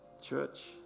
church